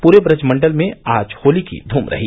पूरे ब्रज मण्डल में आज होली की धूम रही